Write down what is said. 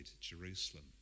Jerusalem